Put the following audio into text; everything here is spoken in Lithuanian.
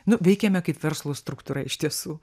nu veikiame kaip verslo struktūra iš tiesų